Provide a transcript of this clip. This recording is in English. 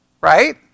right